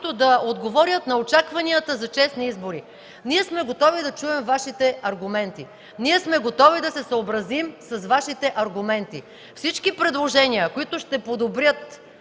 да отговорят на очакванията за честни избори. Ние сме готови да чуем Вашите аргументи и да се съобразим с тях. Всички предложения, които ще подобрят